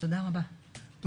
תודה רבה לכם.